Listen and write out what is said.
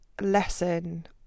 lesson